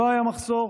לא היה מחסור.